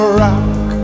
rock